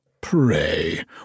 Pray